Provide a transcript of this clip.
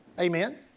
Amen